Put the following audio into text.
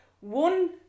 one